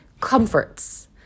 comforts